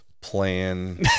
plan